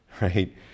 Right